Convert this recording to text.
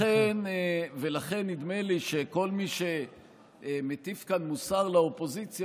2007. לכן נדמה לי שכל מי שמטיף פה מוסר לאופוזיציה,